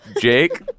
Jake